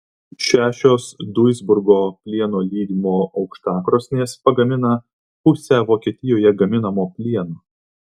šešios duisburgo plieno lydimo aukštakrosnės pagamina pusę vokietijoje gaminamo plieno